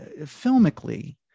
filmically